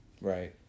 Right